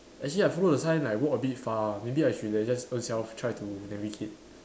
actually I follow the sign I walk a bit far maybe I should have just own self try to navigate